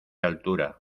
altura